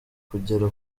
kugera